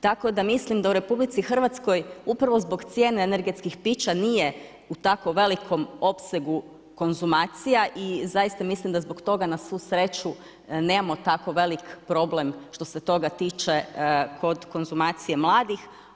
Tako da mislim da u RH upravo zbog cijene energetskih pića nije u tako velikom opsegu konzumacija i zaista mislim da zbog toga na svu sreću nemamo tako velik problem što se toga tiče kod konzumacije mladih.